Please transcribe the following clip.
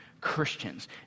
Christians